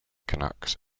canucks